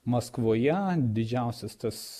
maskvoje didžiausias tas